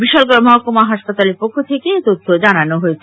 বিশালগড মহকুমা হাসপাতালের পক্ষ থেকে এই তথ্য জানানো হয়েছে